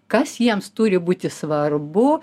kas jiems turi būti svarbu